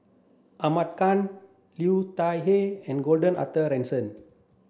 Ahmad Khan Liu Thai Ker and Gordon Arthur Ransome